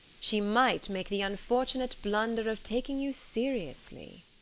she might make the unfortunate blunder of taking you seriously.